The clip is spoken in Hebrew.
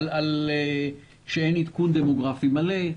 שאין עדכון דמוגרפי מלא.